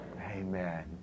Amen